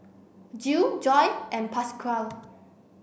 Jill Joy and Pasquale